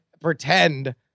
pretend